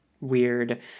weird